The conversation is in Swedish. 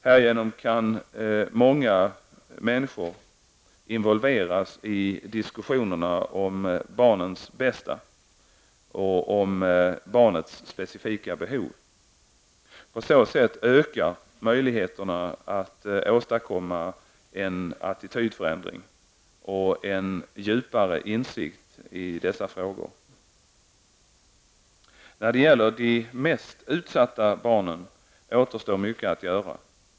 Härigenom kan många människor involveras i diskussionerna om barnets bästa och om barnets specifika behov. På så sätt ökar möjligheterna att åstadkomma en attitydförändring och en djupare insikt i dessa frågor. När det gäller de mest utsatta barnen återstår mycket att göra.